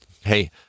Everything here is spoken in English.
hey